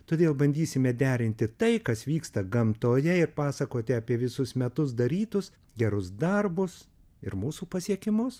todėl bandysime derinti tai kas vyksta gamtoje ir pasakoti apie visus metus darytus gerus darbus ir mūsų pasiekimus